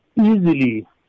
easily